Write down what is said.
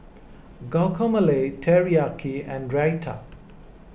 Guacamole Teriyaki and Raita